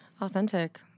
authentic